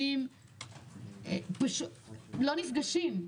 פשוט לא נפגשים.